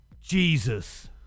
Jesus